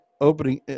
opening